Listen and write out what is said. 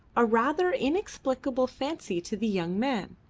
a rather inexplicable fancy to the young man.